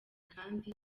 kandi